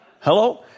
Hello